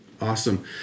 Awesome